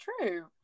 true